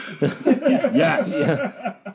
Yes